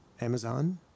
Amazon